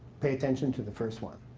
pay attention to the first one,